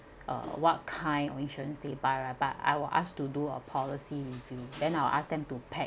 uh what kind of insurance they buy right but I will ask to do a policy review then I will ask them to pack